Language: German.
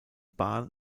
bahn